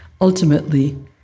ultimately